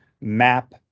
map